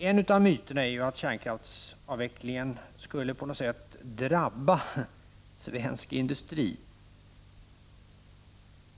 En av myterna är att kärnkraftsavvecklingen på något sätt skulle drabba svensk industri.